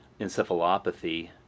encephalopathy